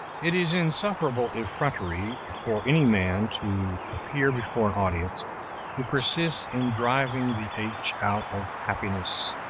it is insufferable effrontery for any man to appear before an audience who persists in driving the h out of happiness,